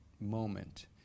moment